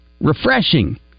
refreshing